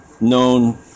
Known